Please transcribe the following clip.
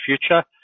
future